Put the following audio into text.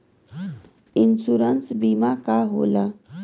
Insurance बीमा का होला?